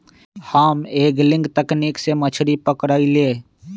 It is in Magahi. हम एंगलिंग तकनिक से मछरी पकरईली